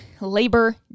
Labor